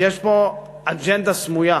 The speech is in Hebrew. כי יש פה אג'נדה סמויה.